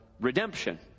redemption